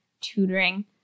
tutoring